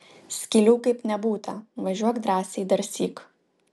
skylių kaip nebūta važiuok drąsiai darsyk